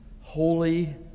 holy